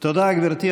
תודה, גברתי.